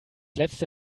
letzte